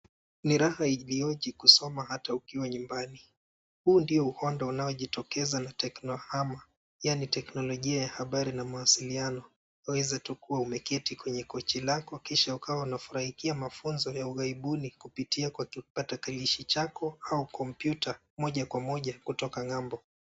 Ni raha ilioje kusoma hata ukiwa nyumbani. Huu ndio uhondo unaojitokeza na teknohama yaani teknolojia ya habari na mawasiliano, waweza tu kuwa umeketi kwenye kochi lako kisha ukawa unafurahikia mafunzo ya ughaibuni kupitia kwa kipakatalishi chako au kompyuta moja kwa moja kutoka ng'ambo.